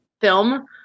film